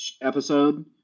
episode